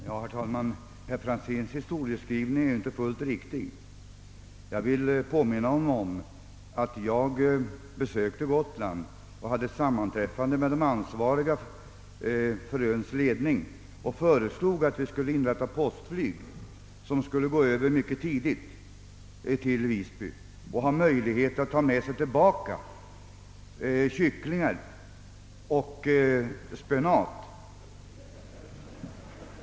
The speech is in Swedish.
Herr talman! Herr Franzéns i Träkumla historieskrivning är inte fullt riktig. Jag vill påminna om att jag en gång besökte Gotland och hade sammanträde med de ansvariga för öns utveckling och föreslog att vi skulle inrätta postflyg, som skulle gå över till Visby mycket tidigt på morgonen och ha möjlighet att ta med sig tillbaka kycklingar och färska grönsaker, t.ex. spenat.